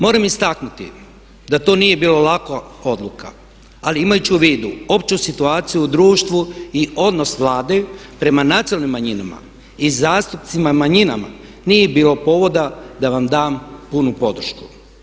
Moram istaknuti da to nije bila laka odluka ali imajući u vidu opću situaciju u društvu i odnos Vlade prema nacionalnim manjinama i zastupnicima manjina nije bilo povoda da vam dam punu podršku.